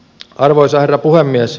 arvoisa herra puhemies